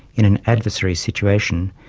in an adversary situation,